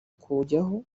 kujyaho